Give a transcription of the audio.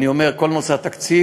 ואני אומר, כל נושא התקציב,